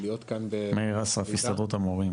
הסתדרות המורים.